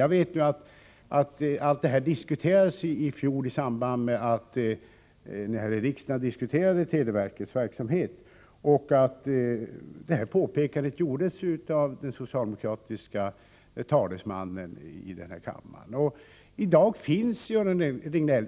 Jag vet att allt detta diskuterades i fjol i samband med debatten om televerkets verksamhet, och detta påpekande gjordes av den socialdemokratiske talesmannen i denna kammare. I dag finns ju, Göran Riegnell,